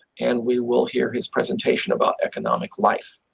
and we will hear his presentation about economic life.